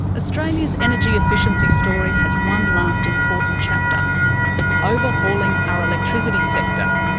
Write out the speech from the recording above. australia's energy efficiency story has one last important chapter overhauling our electricity sector.